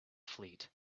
fleet